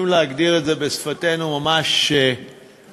אם להגדיר את זה בשפתנו: ממש פירורים,